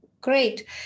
Great